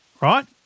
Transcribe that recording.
right